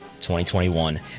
2021